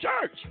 Church